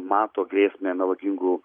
mato grėsmę melagingų